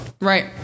Right